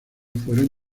fueron